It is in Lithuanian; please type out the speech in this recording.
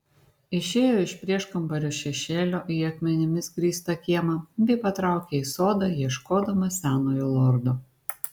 išėjo iš prieškambario šešėlio į akmenimis grįstą kiemą bei patraukė į sodą ieškodama senojo lordo